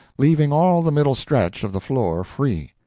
leaving all the middle stretch of the floor free.